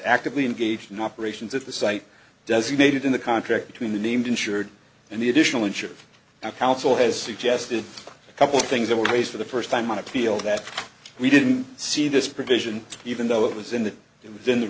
actively engaged in operations at the site designated in the contract between the named insured and the additional inch of the council has suggested a couple of things that were raised for the first time on appeal that we didn't see this provision even though it was in the in